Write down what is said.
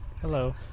Hello